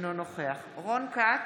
אינו נוכח רון כץ,